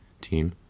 team